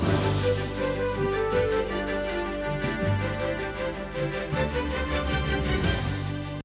Дякую.